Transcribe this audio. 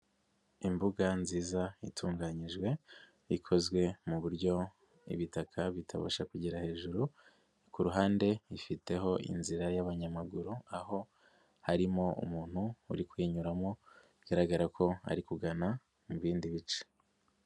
Imbuga nziza itunganyijwe ikozwe mu buryo ibitaka bitabasha kugera hejuru, ku ruhande ifiteho inzira y'abanyamaguru, aho harimo umuntu uri kuyinyuramo bigaragara ko ari kugana mu bindi bice.